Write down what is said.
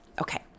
Okay